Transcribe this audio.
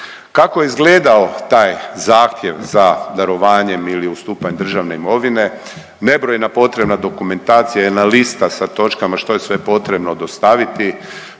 Kako je izgledao taj zahtjev za darovanjem ili ustupanjem državne imovine? Nebrojena potrebna dokumentacija i jedna lista sa točkama što je sve potrebno dostaviti